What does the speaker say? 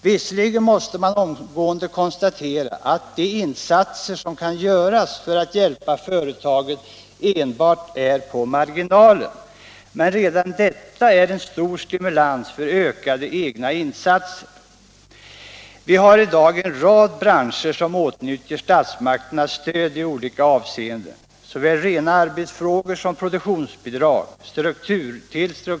Visserligen måste man omgående konstatera att de insatser som kan göras för att hjälpa företagen enbart är på marginalen, men redan detta utgör en stor stimulans till ökade egna insatser. En rad branscher åtnjuter statsmakternas stöd i olika avseenden, såväl i rena arbetsfrågor som när det gäller produktionsbidrag, strukturrationaliseringar etc.